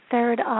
Third